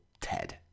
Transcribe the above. Ted